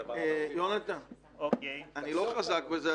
יונתן, אני לא חזק בזה.